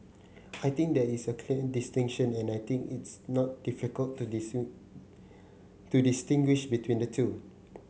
I think there is clear distinction and I think it's not difficult to to distinguish between the two